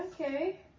Okay